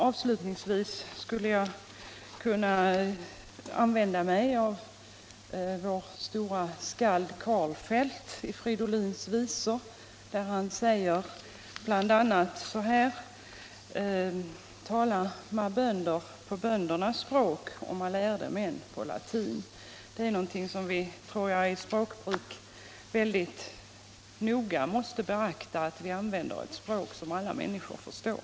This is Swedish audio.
Avslutningsvis skulle jag vilja citera vår store skald Karlfeldt, som i Fridolins visor bl.a. säger så här: Han talar med bönder på böndernas sätt Men med lärde män på latin. Det är något som vi noga måste beakta i vårt språkbruk — att vi använder ett språk som alla människor förstår.